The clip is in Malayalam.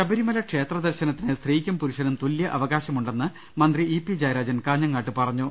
ശബരിമല ക്ഷേത്ര ദർശനത്തിന് സ്ത്രീക്കും പ്പുരുഷനും തല്യ അവകാശമുണ്ടെന്ന് മന്ത്രി ഇ പി ജയരാജൻ കാഞ്ഞങ്ങാട്ട് പറ ഞ്ഞു